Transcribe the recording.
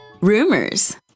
rumors